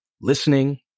listening